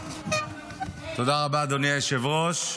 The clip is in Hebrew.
רבה, אדוני היושב-ראש.